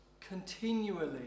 Continually